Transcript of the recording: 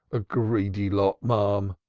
a greedy lot, marm,